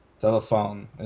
Telephone